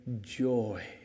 joy